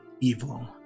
evil